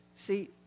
See